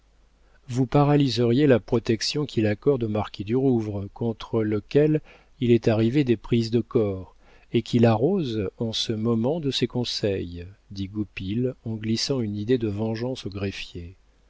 vous paralyseriez la protection qu'il accorde au marquis du rouvre contre lequel il est arrivé des prises de corps et qu'il arrose en ce moment de ses conseils dit goupil en glissant une idée de vengeance au greffier